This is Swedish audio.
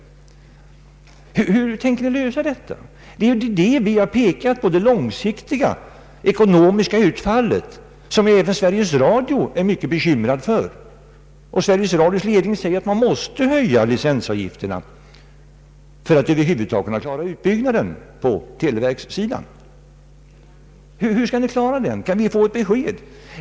Hur tänker ni lösa detta problem? Vi har pekat på det långsiktiga ekonomiska utfall som man även inom Sveriges Radio är mycket bekymrad för. Sveriges Radios ledning säger att man måste höja licensavgifterna för att över huvud taget kunna klara utbyggnaden på televerkssidan. Hur skall ni klara den utbyggnaden? Kan vi få ett besked?